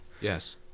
Yes